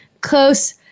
close